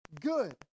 good